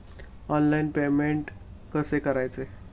Online payment कसे करायचे?